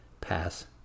pass